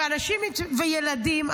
וילדים,